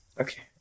Okay